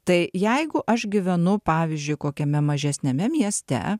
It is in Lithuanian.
tai jeigu aš gyvenu pavyzdžiui kokiame mažesniame mieste